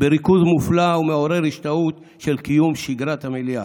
בריכוז מופלא ומעורר השתאות של קיום שגרת המליאה,